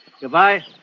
Goodbye